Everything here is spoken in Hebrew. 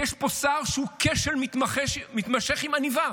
כי יש פה שר שהוא כשל מתמשך עם עניבה,